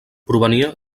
provenia